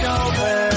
over